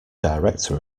director